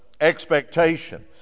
expectation